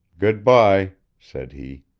good-by, said he.